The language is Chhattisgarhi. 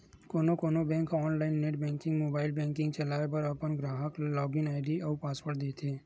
कोनो कोनो बेंक ह online net banking, mobile banking चलाए बर अपन गराहक ल लॉगिन आईडी अउ पासवर्ड देथे